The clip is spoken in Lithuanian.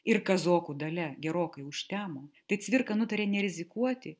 ir kazokų dalia gerokai užtemo tai cvirka nutarė nerizikuoti